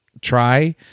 try